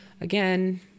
again